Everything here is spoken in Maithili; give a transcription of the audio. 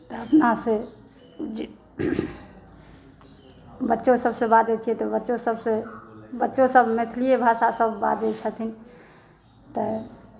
तऽ अपना से जे बच्चो सभ से बाजै छियै तऽ बच्चो सभसॅं बच्चासभ मैथिलीए भाषा सभ बाजै छथिन तैँ